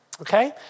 okay